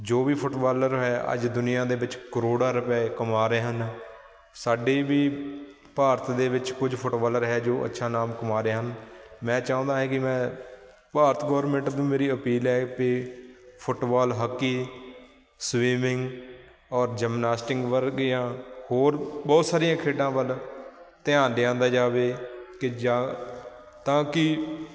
ਜੋ ਵੀ ਫੁੱਟਬਾਲਰ ਹੈ ਅੱਜ ਦੁਨੀਆਂ ਦੇ ਵਿੱਚ ਕਰੋੜਾਂ ਰੁਪਏ ਕਮਾ ਰਹੇ ਹਨ ਸਾਡੇ ਵੀ ਭਾਰਤ ਦੇ ਵਿੱਚ ਕੁਝ ਫੁੱਟਬਾਲਰ ਹੈ ਜੋ ਅੱਛਾ ਨਾਮ ਕਮਾ ਰਹੇ ਹਨ ਮੈਂ ਚਾਹੁੰਦਾ ਹੈ ਕਿ ਮੈਂ ਭਾਰਤ ਗੌਰਮੈਂਟ ਮੇਰੀ ਅਪੀਲ ਹੈ ਪਈ ਫੁੱਟਬਾਲ ਹਾਕੀ ਸਵੀਮਿੰਗ ਔਰ ਜਿਮਨਾਸਟਿੰਗ ਵਰਗੀਆਂ ਹੋਰ ਬਹੁਤ ਸਾਰੀਆਂ ਖੇਡਾਂ ਵੱਲ ਧਿਆਨ ਲਿਆਂਦਾ ਜਾਵੇ ਕਿ ਜਾਂ ਤਾਂ ਕਿ